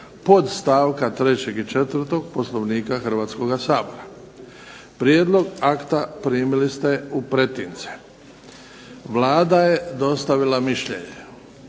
podstavka 3. i 4. Poslovnika Hrvatskoga sabora. Prijedlog akta primili ste u pretince. Vlada je dostavila mišljenje.